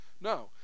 No